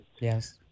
Yes